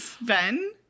ben